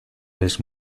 vez